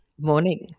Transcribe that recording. morning